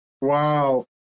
Wow